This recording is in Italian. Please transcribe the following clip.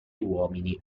uomini